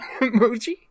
emoji